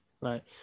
Right